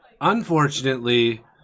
Unfortunately